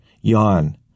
yawn